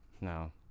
No